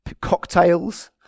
cocktails